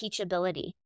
teachability